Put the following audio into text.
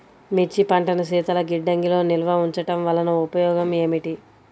మిర్చి పంటను శీతల గిడ్డంగిలో నిల్వ ఉంచటం వలన ఉపయోగం ఏమిటి?